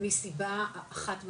מסיבה אחת משמעותית,